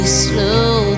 slow